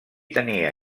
tenia